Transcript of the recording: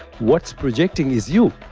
what's projecting is you.